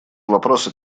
вопросы